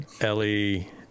Ellie